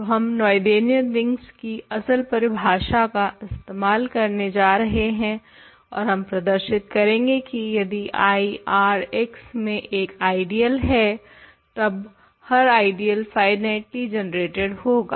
तो हम Noetherian rings की असल परिभाषा का इस्तेमाल करने जा रहे हैं ओर हम प्रदर्शित करेंगे की यदि I R x में एक आइडियल है तब हर आइडियल फाइनाइटली जनरेटेड होगा